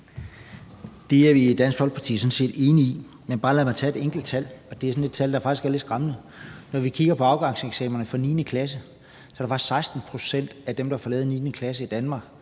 Det er vi i Dansk Folkeparti sådan set enige i. Men lad mig bare tage et enkelt tal – et tal, der faktisk er lidt skræmmende: Når vi kigger på afgangseksamenerne for 9. klasse, er der faktisk 16 pct. af dem, der forlader 9. klasse i Danmark